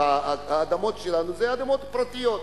האדמות שלנו זה אדמות פרטיות.